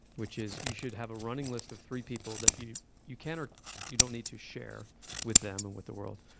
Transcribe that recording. which is you should have a running list of three people that you you can, or you don't need to share with them and with the world,